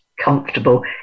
comfortable